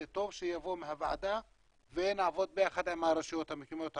זה טוב שזה יבוא מהוועדה ונעבוד ביחד עם הרשויות המקומיות הערביות.